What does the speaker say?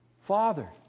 Father